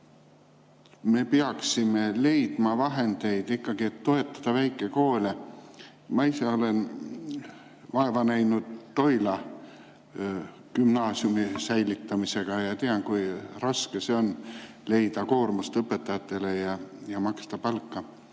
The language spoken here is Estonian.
me peaksime leidma vahendeid, et toetada väikekoole. Ma ise olen vaeva näinud Toila Gümnaasiumi säilitamisega ja tean, kui raske see on leida koormust õpetajatele ja maksta palka.